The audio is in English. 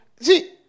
See